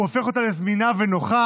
הוא הופך אותה לזמינה ונוחה,